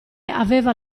aveva